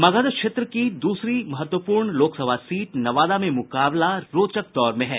मगध क्षेत्र की की दूसरी महत्वपूर्ण लोकसभा सीट नवादा में मुकाबला रोचक दौर में है